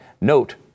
Note